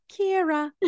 Kira